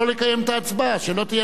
לא לקיים את ההצבעה.